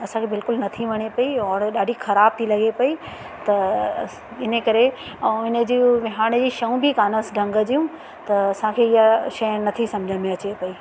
असांखे बिल्कुल नथी वणे पई और ॾाढी ख़राब थी लॻे पई त इन करे ऐं इन जो विहाणे जी शउ बि कानस ढंग जूं त असांखे ईअं शइ नथी सम्झ में अचे पई